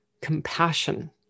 compassion